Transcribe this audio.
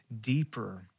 deeper